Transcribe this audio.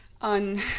on